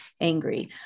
angry